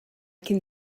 can